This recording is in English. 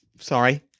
sorry